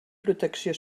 protecció